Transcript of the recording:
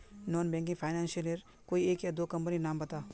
Non banking financial लेर कोई एक या दो कंपनी नीर नाम बता?